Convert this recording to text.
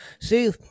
See